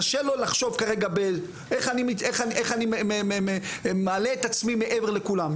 קשה לו לחשוב כרגע איך אני מעלה את עצמי מעבר לכולם,